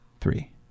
Three